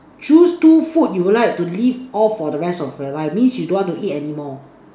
choose two food you like to live off for the rest of your life means you don't want to eat anymore